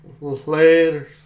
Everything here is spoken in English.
Later